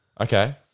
Okay